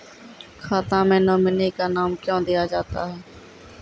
खाता मे नोमिनी का नाम क्यो दिया जाता हैं?